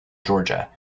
georgia